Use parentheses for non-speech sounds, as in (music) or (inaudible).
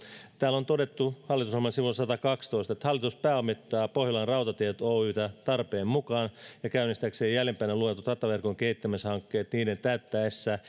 täällä on todettu hallitusohjelman sivulla satakaksitoista hallitus pääomittaa pohjolan rautatiet oytä tarpeen mukaan ja käynnistääkseen jäljempänä luetellut rataverkon kehittämishankkeet niiden täyttäessä (unintelligible)